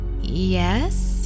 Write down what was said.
Yes